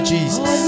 Jesus